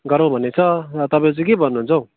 गरौँ भन्ने छ र तपाँई चाहिँ के भन्नुहुन्छ हौ